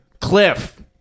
Cliff